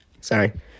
Sorry